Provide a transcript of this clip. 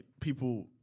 people